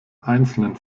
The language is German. einzelnen